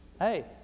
Hey